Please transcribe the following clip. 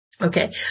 Okay